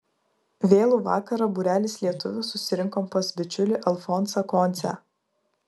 vėlų vakarą būrelis lietuvių susirinkom pas bičiulį alfonsą koncę